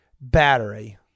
battery